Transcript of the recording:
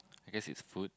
I guess it's food